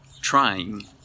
trying